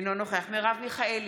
אינו נוכח מרב מיכאלי,